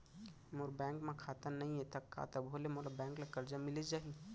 मोर bank म खाता नई हे त का तभो ले मोला बैंक ले करजा मिलिस जाही?